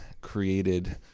created